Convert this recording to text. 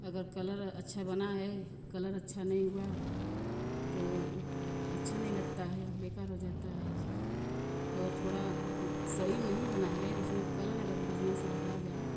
अगर कलर अच्छा बना है कलर अच्छा नहीं हुआ तो अच्छा नहीं लगता है बेकार हो जाता है और थोड़ा सही नहीं बना है उसमें कलर अगर बढ़िया से भरा जाए